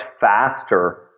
faster